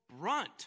brunt